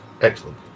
Excellent